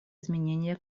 изменения